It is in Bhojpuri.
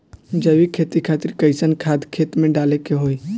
जैविक खेती खातिर कैसन खाद खेत मे डाले के होई?